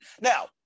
Now